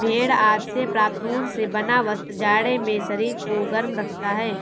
भेड़ आदि से प्राप्त ऊन से बना वस्त्र जाड़े में शरीर को गर्म रखता है